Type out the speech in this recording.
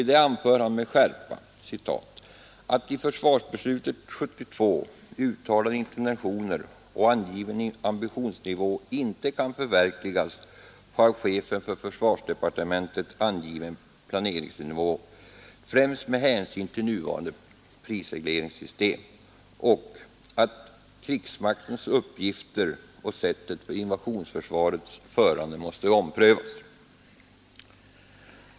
I detta anför han med skärpa ”att i försvarsbeslutet 1972 uttalade intentioner och angiven ambitionsnivå icke kan förverkligas på av chefen för försvarsdepartementet angiven planeringsnivå främst med hänsyn till nuvarande prisregleringssystem” och att ”krigsmaktens uppgifter och sättet för invasionsförsvarets förande måste omprövas”.